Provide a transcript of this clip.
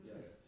Yes